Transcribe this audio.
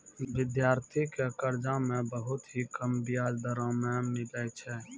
विद्यार्थी के कर्जा मे बहुत ही कम बियाज दरों मे मिलै छै